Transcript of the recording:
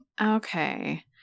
Okay